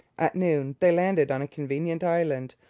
at noon they landed on a convenient island,